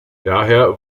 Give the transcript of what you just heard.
daher